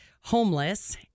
homeless